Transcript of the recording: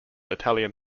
italian